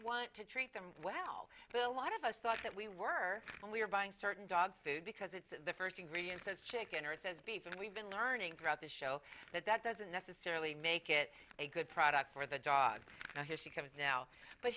want to treat them well bill lot of us thought that we were when we were buying certain dog food because it's the first ingredient says chicken or it says beef and we've been learning throughout the show that that doesn't necessarily make it a good product for the dog now here she comes now but